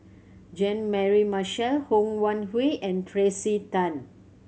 Jean Mary Marshall Ho Wan Hui and Tracey Tan